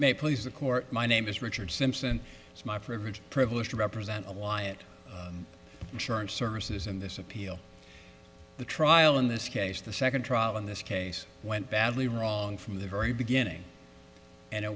may please the court my name is richard simpson it's my privilege privilege to represent alliant insurance services in this appeal the trial in this case the second trial in this case went badly wrong from the very beginning and it